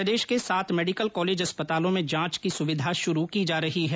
प्रदेश के सात medical college अस्पतालों में जांच की सुविधा शुरू की जा रही है